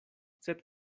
sed